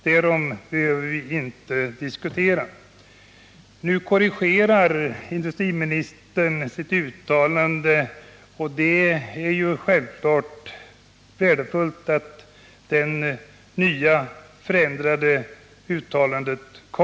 Därom behöver vi inte diskutera. Nu korrigerar industriministern sitt uttalande, och det är självfallet värdefullt.